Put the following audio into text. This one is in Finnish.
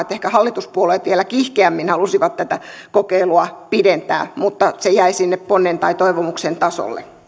ehkä hallituspuolueet vielä kiihkeämmin halusivat tätä kokeilua pidentää mutta se jäi sinne ponnen tai toivomuksen tasolle